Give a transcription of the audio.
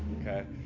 okay